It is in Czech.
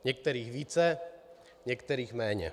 Některých více, některých méně.